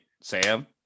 sam